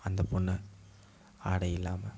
அந்த பெண்ண ஆடை இல்லாமல்